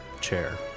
chair